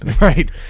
Right